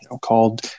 called